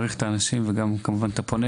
מעריך גם את האנשים, וכמובן את הפונים.